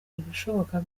ibishoboka